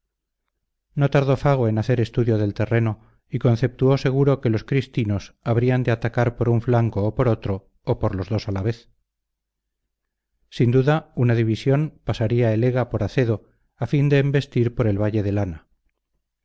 no tardó fago en hacer estudio del terreno y conceptuó seguro que los cristinos habrían de atacar por un flanco o por otro o por los dos a la vez sin duda una división pasaría el ega por acedo a fin de embestir por el valle de lana